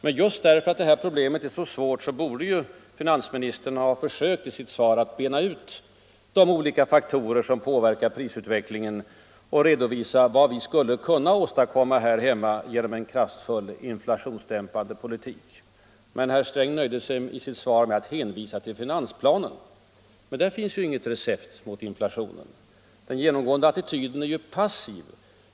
Men just därför att det här problemet är så svårt borde ju finansministern i sitt svar ha försökt att bena ut de olika faktorer som påverkar prisutvecklingen och redovisa vad vi skulle kunna åstadkomma här hemma genom en kraftfull inflationsdämpande politik. Men herr Sträng nöjde sig med att hänvisa till finansplanen. Och där finns ju inget recept mot inflationen. Den genomgående attityden är ju passiv.